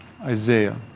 Isaiah